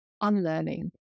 unlearning